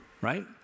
right